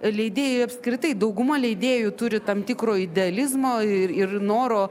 leidėjai apskritai dauguma leidėjų turi tam tikro idealizmo ir ir noro